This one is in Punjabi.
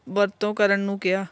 ਵਰਤੋਂ ਕਰਨ ਨੂੰ ਕਿਹਾ